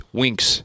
winks